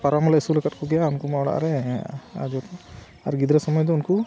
ᱯᱟᱣᱨᱟ ᱢᱟᱞᱮ ᱟᱹᱥᱩᱞ ᱟᱠᱟᱫ ᱠᱚᱜᱮᱭᱟ ᱩᱱᱠᱩᱢᱟ ᱚᱲᱟᱜ ᱨᱮ ᱟᱡᱚ ᱟᱨ ᱜᱤᱫᱽᱨᱟᱹ ᱥᱚᱢᱚᱭ ᱫᱚ ᱩᱱᱠᱩ